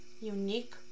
unique